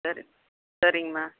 சரி சரிங்கம்மா